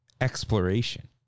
exploration